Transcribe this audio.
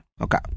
okay